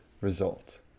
result